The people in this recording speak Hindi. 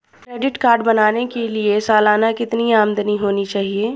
क्रेडिट कार्ड बनाने के लिए सालाना कितनी आमदनी होनी चाहिए?